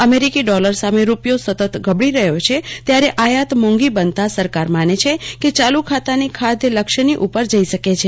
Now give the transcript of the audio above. અમેરિકી ડોલર સામે રૂપિયો સતત ગબડી રહ્યો છે ત્યારે આયાત મોંઘી બનત સરકાર મને છે કે યાલુ ખાતાની ખાદ્ય લક્ષ્યની ઉપર જઈ શકે છે